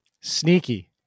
Sneaky